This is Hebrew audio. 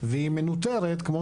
והיא מנוטרת כמו